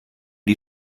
die